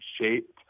shaped